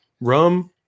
rum